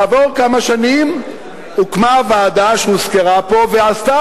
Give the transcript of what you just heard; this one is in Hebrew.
כעבור כמה שנים הוקמה הוועדה שהוזכרה פה ועשתה